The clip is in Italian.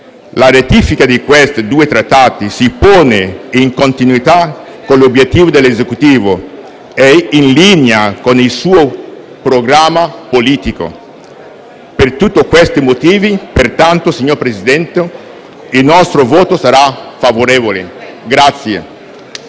La ratifica di questi due Trattati si pone in continuità con gli obiettivi dell'Esecutivo e in linea con il suo programma politico. Per tutti questi motivi, pertanto, il nostro voto sarà favorevole.